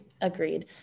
Agreed